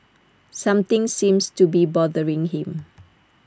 something seems to be bothering him